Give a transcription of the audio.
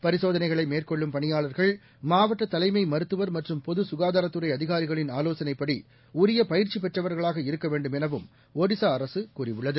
பரிசோதனைகளைமேற்கொள்ளும்பணியாளர்கள் மாவட்டதலைமை மருத்துவர்மற்றும்பொதுசுகாதாரத்துறைஅதிகாரிகளின் ஆலோசனைப்படிஉரியபயிற்சிபெற்றவர்களாகஇருக்கவே ண்டுமெனவும் ஒடிசாஅரசுகூறியுள்ளது